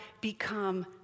become